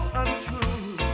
untrue